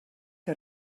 que